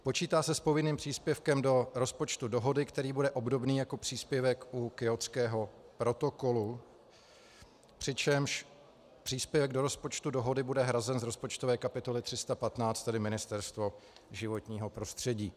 Počítá se s povinným příspěvkem do rozpočtu dohody, který bude obdobný jako příspěvek u Kjótského protokolu, přičemž příspěvek do rozpočtu dohody bude hrazen z rozpočtové kapitoly 315, tedy Ministerstvo životního prostředí.